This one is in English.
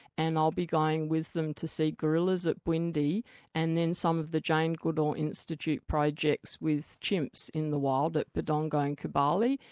and i'll be going with them to see gorillas at bwindi and then some of the jane goodall institute projects with chimps in the wild at budongo in kibale,